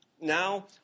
now